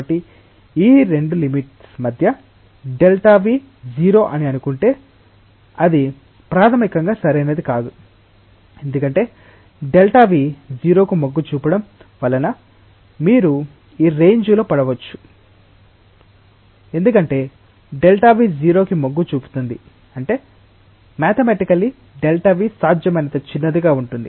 కాబట్టి ఈ 2 లిమిట్స్ మధ్య Δv 0 అని అనుకుంటే అది ప్రాథమికంగా సరైనది కాదు ఎందుకంటే Δv 0 కు మొగ్గు చూపడం వలన మీరు ఈ రేజింలో పడవచ్చు ఎందుకంటే Δv 0 కి మొగ్గు చూపుతుంది అంటే మ్యాతేమెటికల్లి Δv సాధ్యమైనంత చిన్నది గా ఉంటుంది